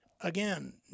again